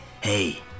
hey